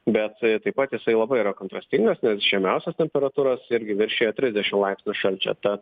bet taip pat jisai labai yra kontrastingas nes žemiausios temperatūros irgi viršija trisdešimt laipsnių šalčio tad